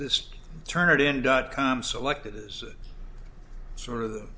this turnitin dot com selected is sort of